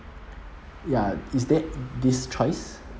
ya is that this choice